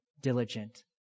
diligent